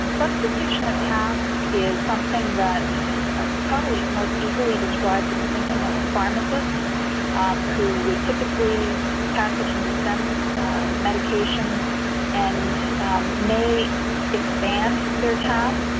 substitution of tasks is something that is probably most easily described in thinking of a pharmacist who would typically package and dispense medications and may expand their tasks,